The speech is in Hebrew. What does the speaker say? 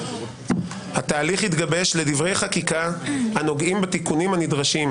התהליך יתגבש לדברי חקיקה הנוגעים בתיקונים הנדרשים,